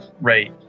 right